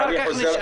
אחר כך נשאל.